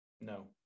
No